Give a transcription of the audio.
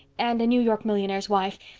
and a new york millionaire's wife.